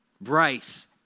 Bryce